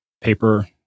paper